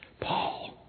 Paul